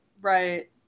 Right